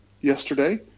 yesterday